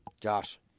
Josh